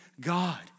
God